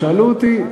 שאלו אותי: